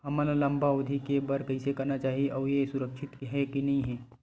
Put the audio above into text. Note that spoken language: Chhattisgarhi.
हमन ला लंबा अवधि के बर कइसे करना चाही अउ ये हा सुरक्षित हे के नई हे?